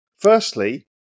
firstly